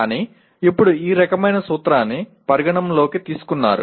కానీ ఇప్పుడు ఈ రకమైన సూత్రాన్ని పరిగణనలోకి తీసుకున్నారు